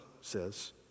says